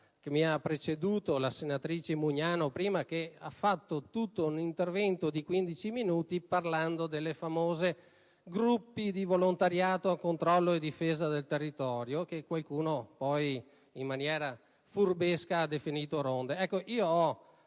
che mi ha preceduto, la senatrice Bugnano, che prima ha svolto un intervento di 15 minuti parlando dei gruppi di volontariato a controllo e difesa del territorio, che qualcuno in maniera furbesca ha definito ronde. Ho la